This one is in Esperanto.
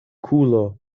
kulo